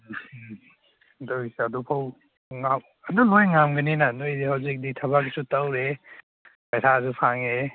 ꯑꯗꯨ ꯂꯣꯏ ꯉꯝꯒꯅꯤꯅ ꯅꯣꯏ ꯍꯧꯖꯤꯛꯇꯤ ꯊꯕꯛꯁ ꯇꯧꯔꯦ ꯄꯩꯁꯥꯁꯨ ꯐꯪꯉꯦ